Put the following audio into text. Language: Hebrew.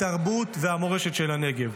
התרבות והמורשת של הנגב,